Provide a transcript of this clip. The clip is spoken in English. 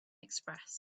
express